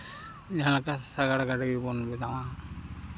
ᱡᱟᱦᱟᱸ ᱞᱮᱠᱟ ᱥᱟᱸᱜᱟᱲ ᱜᱟᱹᱰᱤ ᱠᱚᱵᱚᱱ ᱵᱮᱱᱟᱣᱟ